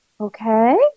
Okay